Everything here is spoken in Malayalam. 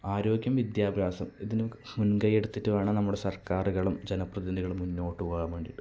ആരോഗ്യം വിദ്യാഭ്യാസം ഇതിനു മുൻകൈ എടുത്തിട്ട് വേണം നമ്മുടെ സർക്കാരുകളും ജനപ്രതിനിധികളും മുന്നോട്ട് പോകാൻ വേണ്ടിയിട്ട്